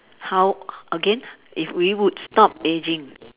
how again if we would stop aging